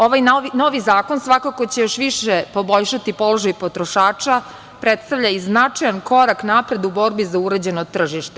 Ovaj novi zakon svakako će još više poboljšati položaj potrošača, a predstavlja i značajan korak napred u borbi za uređeno tržište.